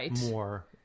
more